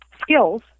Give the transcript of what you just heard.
skills